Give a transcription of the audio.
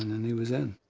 and then he was in.